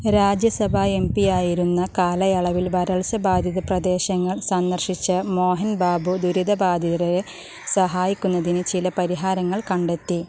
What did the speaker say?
രാജ്യസഭാ എം പിയായിരുന്ന കാലയളവിൽ വരൾച്ച ബാധിത പ്രദേശങ്ങൾ സന്ദർശിച്ച മോഹൻ ബാബു ദുരിതബാധിതരെ സഹായിക്കുന്നതിന് ചില പരിഹാരങ്ങൾ കണ്ടെത്തി